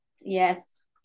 Yes